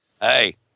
Hey